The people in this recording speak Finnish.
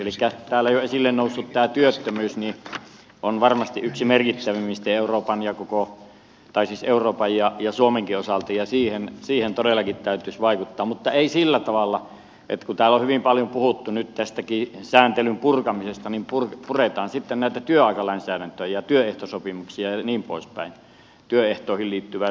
elikkä tämä täällä jo esille noussut työttömyys on varmasti yksi merkittävimmistä asioista euroopan ja koko tai siis europajia ja suomenkin osalta ja siihen todellakin täytyisi vaikuttaa mutta ei sillä tavalla kun täällä on hyvin paljon puhuttu nyt tästä sääntelyn purkamisestakin että puretaan sitten näitä työaikalainsäädäntöjä ja työehtosopimuksia ja niin poispäin työehtoihin liittyvää sääntelyä